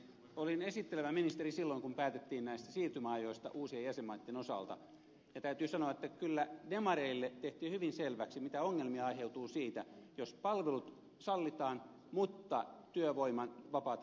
olin esittelevä ministeri silloin kun päätettiin näistä siirtymäajoista uusien jäsenmaitten osalta ja täytyy sanoa että kyllä demareille tehtiin hyvin selväksi mitä ongelmia aiheutuu siitä jos palvelut sallitaan mutta työvoiman vapaata liikkuvuutta ei sallita